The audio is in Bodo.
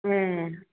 ए